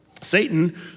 Satan